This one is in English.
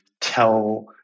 tell